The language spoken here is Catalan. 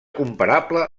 comparable